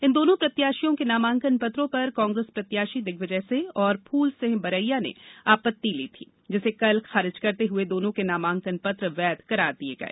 इन दोनों प्रत्याशियों के नामांकन पत्रों पर कांग्रेस प्रत्याशी दिग्विजय सिंह और फूल सिंह बरैया ने आपत्ति ली थी जिसे कल खारिज करते हुए दोनों के नामांकनपत्र वैध करार दिए गए